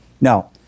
Now